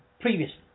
previously